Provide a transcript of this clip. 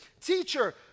Teacher